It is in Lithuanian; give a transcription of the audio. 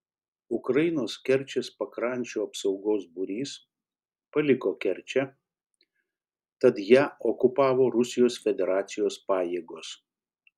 ukrainos kerčės pakrančių apsaugos būrys paliko kerčę tad ją okupavo rusijos federacijos pajėgos